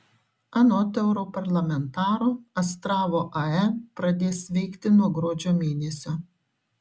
anot europarlamentaro astravo ae pradės veikti nuo gruodžio mėnesio